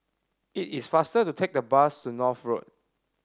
it is faster to take the bus to North Road